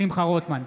שמחה רוטמן,